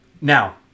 now